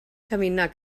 caminar